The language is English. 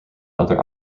other